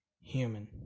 human